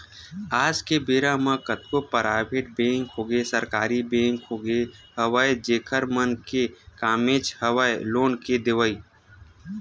आज के बेरा म कतको पराइवेट बेंक होगे सरकारी बेंक होगे हवय जेखर मन के कामेच हवय लोन के देवई